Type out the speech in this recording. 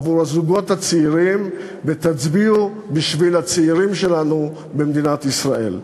עבור הזוגות הצעירים; תצביעו בשביל הצעירים שלנו במדינת ישראל.